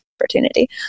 opportunity